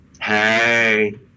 Hey